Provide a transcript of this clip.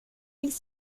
ils